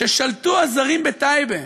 "כששלטו הזרים בטייבה,